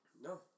No